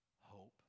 hope